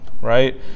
right